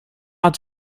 het